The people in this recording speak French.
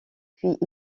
puis